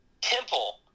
temple